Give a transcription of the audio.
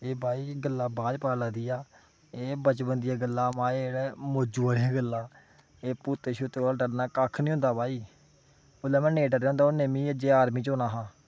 एह् भाई गल्लां बाद च पता लगदियां एह् बचपन दियां गल्ला माए जेह्ड़ा मोजू बनेआ गल्ला दा एह् भूतें शूतें कोला डरना कक्ख निं होंदा भाई ओल्लै में नेईं डरे दा होंदा हून च मि अज्ज आर्मी च होना हा